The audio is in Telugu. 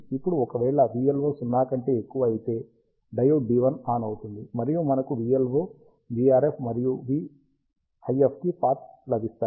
ఇప్పుడు ఒకవేళ vLO 0 కంటే ఎక్కువ అయితే డయోడ్ D1 ఆన్ అవుతుంది మరియు మనకు vLO vRF మరియు vIF కి పాత్ లభిస్తాయి